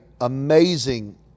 amazing